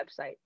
website